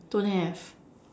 don't have